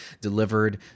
delivered